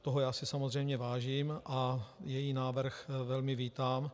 Toho já si samozřejmě vážím a její návrh velmi vítám.